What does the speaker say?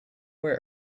where